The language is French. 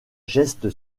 geste